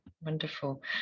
wonderful